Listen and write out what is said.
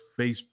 Facebook